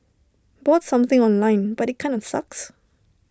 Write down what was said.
bought something online but IT kinda sucks